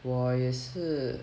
我也是